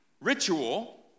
ritual